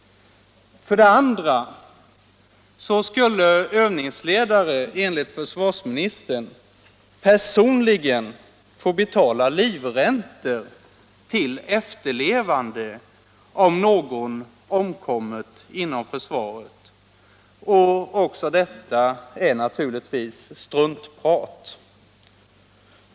För det andra skulle övningsledare, enligt försvarsministern, personligen få betala livräntor till efterlevande om någon omkommer inom försvaret. Också detta är naturligtvis struntprat.